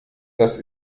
das